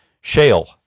Shale